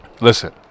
Listen